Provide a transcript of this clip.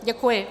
Děkuji.